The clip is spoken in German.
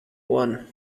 ohren